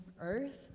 earth